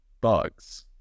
bugs